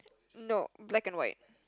no black and white